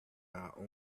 our